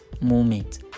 moment